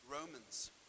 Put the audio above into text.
Romans